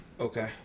Okay